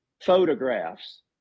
photographs